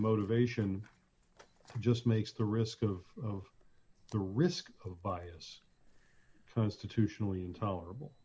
motivation just makes the risk of the risk of bias constitutionally intolerable